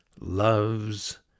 loves